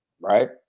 Right